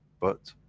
but,